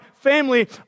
family